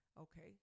Okay